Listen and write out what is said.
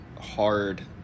hard